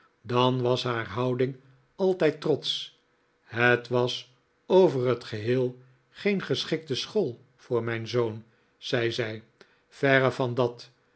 dan was haar houding altijd trotsch het was over het geheel geen geschikte school voor mijn zoon zei zij verre van dat